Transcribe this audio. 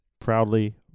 proudly